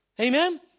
Amen